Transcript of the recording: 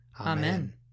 Amen